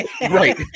Right